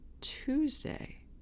Tuesday